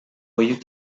voyous